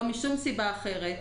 זה ולא שום סיבה אחרת.